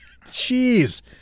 Jeez